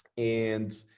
and,